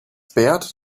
bert